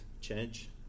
change